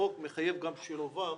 החוק מחייב גם שילובם